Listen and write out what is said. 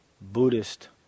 Buddhist